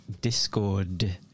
Discord